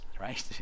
right